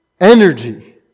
energy